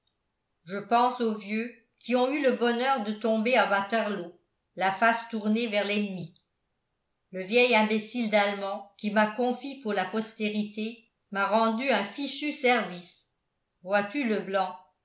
je pense aux vieux qui ont eu le bonheur de tomber à waterloo la face tournée vers l'ennemi le vieil imbécile d'allemand qui m'a confit pour la postérité m'a rendu un fichu service vois-tu leblanc